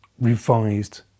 revised